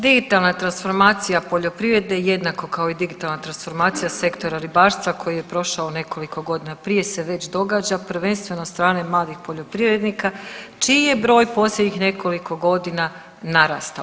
Digitalna transformacija poljoprivredne jednako kao i digitalna transformacija sektora ribarstva koji je prošao nekoliko godina prije se već događa prvenstveno od strane malih poljoprivrednika čiji je broj posljednjih nekoliko godina narastao.